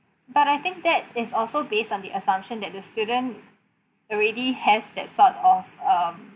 but I think that is also based on the assumption that the student already has that sort of um